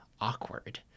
awkward